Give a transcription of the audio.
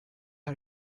are